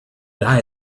die